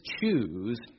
choose